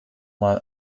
mal